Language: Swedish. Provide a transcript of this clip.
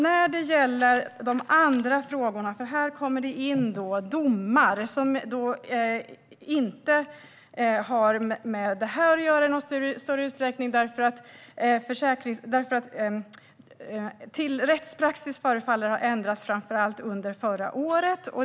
När det gäller de andra frågorna kommer det in domar som inte har med det här att göra i någon större utsträckning eftersom rättspraxis förefaller ha ändrats, framför allt under förra året.